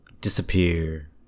disappear